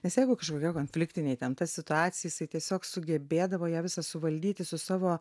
nes jeigu kažkokia konfliktinė įtempta situacija jisai tiesiog sugebėdavo ją visą suvaldyti su savo